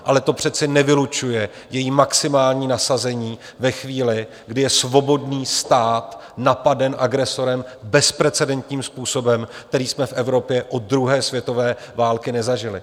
Ale to přece nevylučuje její maximální nasazení ve chvíli, kdy je svobodný stát napaden agresorem bezprecedentním způsobem, který jsme v Evropě od druhé světové války nezažili.